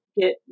get